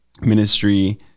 ministry